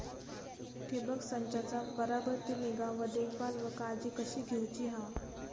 ठिबक संचाचा बराबर ती निगा व देखभाल व काळजी कशी घेऊची हा?